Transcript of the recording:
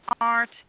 art